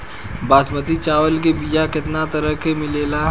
बासमती चावल के बीया केतना तरह के मिलेला?